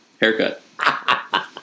haircut